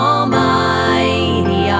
Almighty